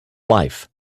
life